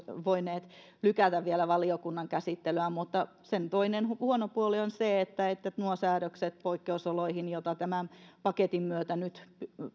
voineet vielä lykätä valiokunnan käsittelyä mutta sen toinen huono puoli olisi ollut se että että nuo säädökset poikkeusoloihin joita tämän paketin myötä nyt